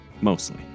Mostly